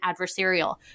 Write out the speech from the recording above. adversarial